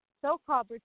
so-called